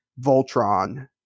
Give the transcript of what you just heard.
voltron